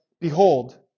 behold